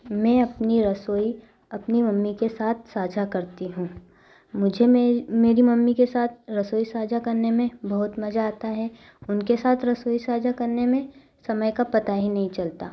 मैं अपनी रसोई अपनी मम्मी के साथ साझा करती हूँ मुझे मेरी मेरी मम्मी के साथ रसोई साझा करने में बहुत मजा आता है उनके साथ रसोई साझा करने में समय का पता ही नहीं चलता